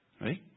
right